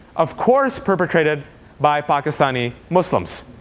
of course, perpetrated by pakistani muslims.